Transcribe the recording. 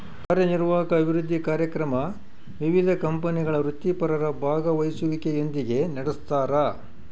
ಕಾರ್ಯನಿರ್ವಾಹಕ ಅಭಿವೃದ್ಧಿ ಕಾರ್ಯಕ್ರಮ ವಿವಿಧ ಕಂಪನಿಗಳ ವೃತ್ತಿಪರರ ಭಾಗವಹಿಸುವಿಕೆಯೊಂದಿಗೆ ನಡೆಸ್ತಾರ